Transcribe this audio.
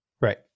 right